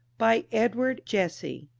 by edward jesse,